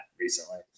recently